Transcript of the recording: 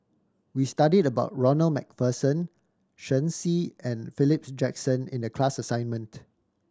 we studied about Ronald Macpherson Shen Xi and Philip Jackson in the class assignment